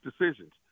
decisions